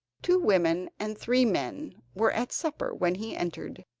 two women and three men were at supper when he entered,